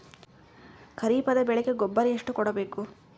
ಖರೀಪದ ಬೆಳೆಗೆ ಗೊಬ್ಬರ ಎಷ್ಟು ಕೂಡಬೇಕು?